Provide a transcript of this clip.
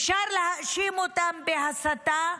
אפשר להאשים אותם בהסתה.